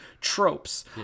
tropes